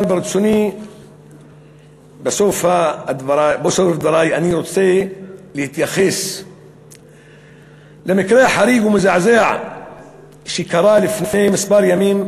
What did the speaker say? אבל בסוף דברי אני רוצה להתייחס למקרה חריג ומזעזע שקרה לפני כמה ימים,